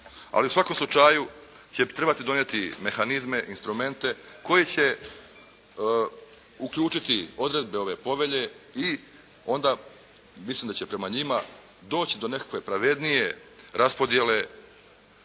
ali u svakom slučaju će trebati donijeti mehanizme, instrumente koji će uključiti odredbe ove povelje i onda mislim da će prema njima doći do nekakve pravednije raspodjele